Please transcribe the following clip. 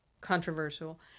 controversial